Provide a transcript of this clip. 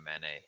Mane